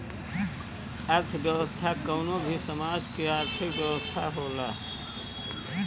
अर्थव्यवस्था कवनो भी समाज के आर्थिक व्यवस्था होला